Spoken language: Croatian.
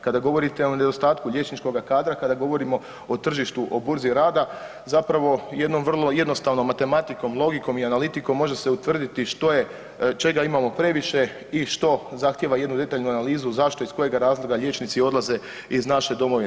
Kada govorite o nedostatku liječničkoga kadra, kada govorimo o tržištu o burzi rada zapravo jednom vrlo jednostavnom matematikom, logikom i analitikom može se utvrditi što je čega imamo previše i što zahtjeva jednu detaljnu analizu zašto iz kojega razloga liječnici odlaze iz naše domovine.